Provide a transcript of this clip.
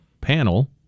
panel